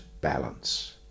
balance